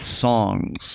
songs